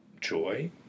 joy